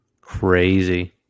Crazy